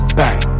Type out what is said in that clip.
bang